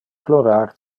plorar